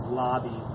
lobby